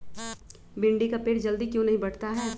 भिंडी का पेड़ जल्दी क्यों नहीं बढ़ता हैं?